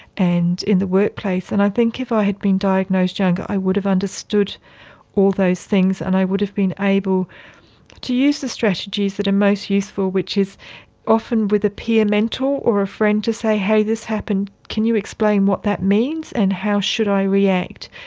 and in the workplace. and i think if i had been diagnosed younger i would have understood all those things and i would have been able to use the strategies that are most useful, which is often with a peer mentor or a friend to say hey, this happened, can you explain what that means and how should i react?